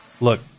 Look